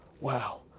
wow